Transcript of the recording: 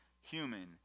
human